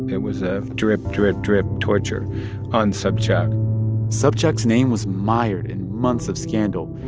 it was a drip-drip-drip torture on sobchak sobchak's name was mired in months of scandal.